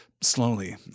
slowly